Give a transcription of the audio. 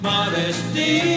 Modesty